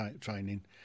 training